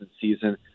season